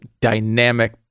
dynamic